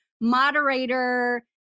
moderator